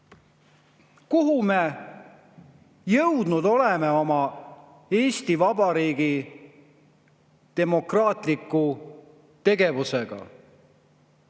Kuhu me jõudnud oleme oma Eesti Vabariigi demokraatliku tegevusega?